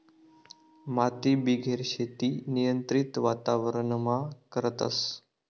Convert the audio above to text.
मातीबिगेर शेती नियंत्रित वातावरणमा करतस